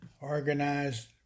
organized